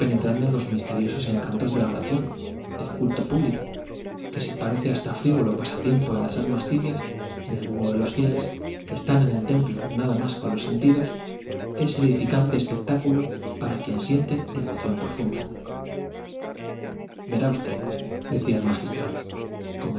los misteriosos encantos de la oración del culto público que si parece hasta frívolo pasatiempo en las almas tibias en el vulgo de los fieles que están en el templo nada más con los sentidos es edificante espectáculo para quien siente devoción profunda verá usted decía el